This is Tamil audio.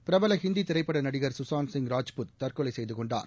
பிரபல ஹிந்தி திரைப்பட நடிகர் சூசாந்த் சிங் ராஜ்புட் தற்கொலை செய்து கொண்டார்